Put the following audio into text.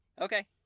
Okay